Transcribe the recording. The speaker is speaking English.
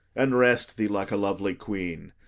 and rest thee like a lovely queen.